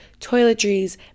toiletries